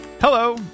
Hello